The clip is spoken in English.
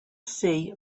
sea